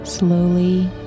Slowly